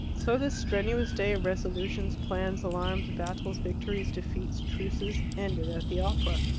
so this strenuous day of resolutions, plans, alarms, battles, victories, defeats, truces, ended at the opera.